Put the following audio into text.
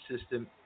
system